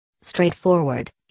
straightforward